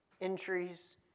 entries